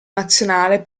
nazionale